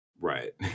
Right